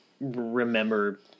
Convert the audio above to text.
remember